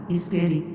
espere